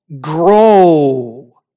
grow